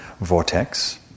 vortex